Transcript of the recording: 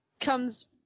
comes